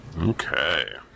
Okay